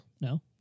No